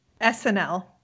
SNL